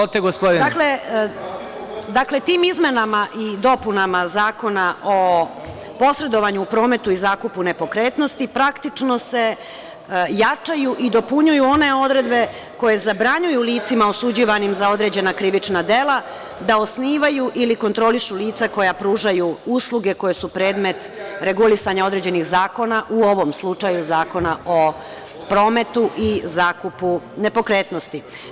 Dakle, tim izmenama i dopunama Zakona o posredovanju, prometu i zakupu nepokretnosti praktično se jačaju i dopunjuju one odredbe koje zabranjuju licima osuđivanim za određena krivična dela da osnivaju ili kontrolišu lica koja pružaju usluge koje su predmet regulisanja određenih zakona, u ovom slučaju Zakona o prometu i zakupu nepokretnosti.